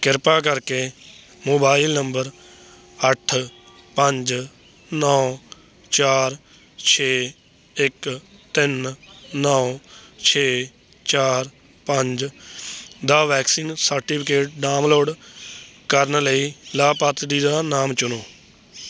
ਕਿਰਪਾ ਕਰਕੇ mobile number ਅੱਠ ਪੰਜ ਨੌ ਚਾਰ ਛੇ ਇੱਕ ਤਿੰਨ ਨੌ ਛੇ ਚਾਰ ਪੰਜ ਦਾ ਵੈਕਸੀਨ ਸਰਟੀਫਿਕੇਟ ਡਾਊਨਲੋਡ ਕਰਨ ਲਈ ਲਾਭਪਾਤਰੀ ਦਾ ਨਾਮ ਚੁਣੋ